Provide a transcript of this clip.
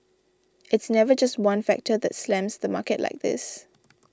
it's never just one factor that slams the market like this